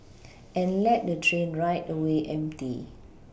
and let the train ride away empty